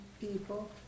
people